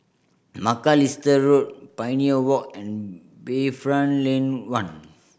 Macalister Road Pioneer Walk and Bayfront Lane One